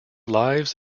lives